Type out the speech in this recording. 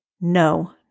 no